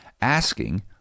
asking